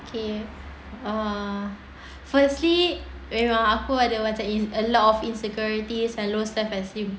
okay uh firstly memang aku ada watak a lot of insecurities and low self esteem